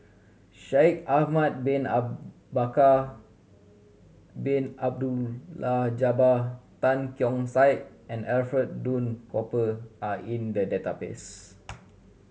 Shaikh Ahmad Bin Bakar Bin Abdullah Jabbar Tan Keong Saik and Alfred Duff Cooper are in the database